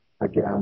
Again